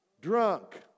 drunk